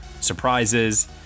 surprises